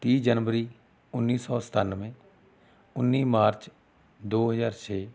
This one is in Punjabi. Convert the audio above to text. ਤੀਹ ਜਨਵਰੀ ਉੱਨੀ ਸੌ ਸਤਾਨਵੇਂ ਉੱਨੀ ਮਾਰਚ ਦੋ ਹਜ਼ਾਰ ਛੇ